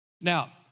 Now